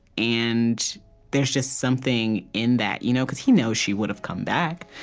and there's just something in that you know because he knows she would've come back.